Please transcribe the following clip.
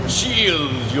Shield